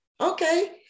okay